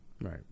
Right